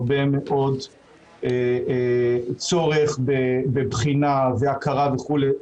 יש הרבה מאוד צורך בבחינה והכרה וכולי.